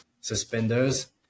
suspenders